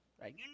Right